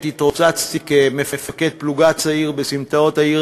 עת התרוצצתי כמפקד פלוגה צעיר בסמטאות העיר